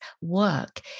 work